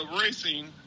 Racing